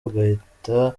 agahita